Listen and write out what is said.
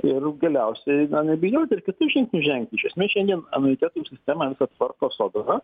ir galiausiai nebijoti ir kitus žingsnius žengt iš esmės šiandien anuitetų sistemą visą tvarko sodra